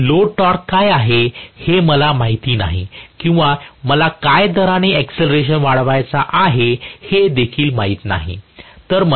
माझे load torque म्हणजे काय हे मला माहिती नाही किंवा मला काय दराने एकसिलरेशन वाढवायचा आहे हे माहित नाही